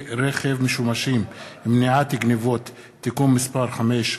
רכב משומשים (מניעת גנבות) (תיקון מס' 5),